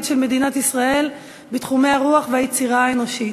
של מדינת ישראל בתחומי הרוח והיצירה האנושית.